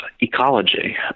ecology